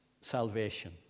salvation